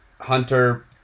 Hunter